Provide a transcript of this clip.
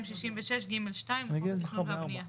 266ג2 לחוק התכנון והבניה".